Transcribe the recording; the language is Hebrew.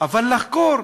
אבל לחקור.